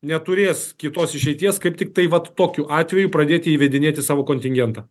neturės kitos išeities kaip tiktai vat tokiu atveju pradėti įvedinėti savo kontingentą